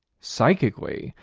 psychically,